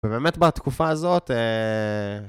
ובאמת בתקופה הזאת,